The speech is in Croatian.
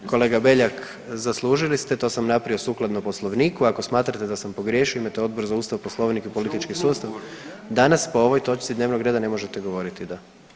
Je, kolega Beljak zaslužili ste to sam napravio sukladno poslovniku, ako smatrate da sam pogriješio imate Odbor za Ustav, Poslovnik i politički sustav danas po ovoj točci dnevnog reda ne možete govoriti da.